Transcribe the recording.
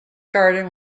garden